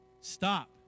Stop